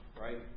right